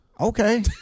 Okay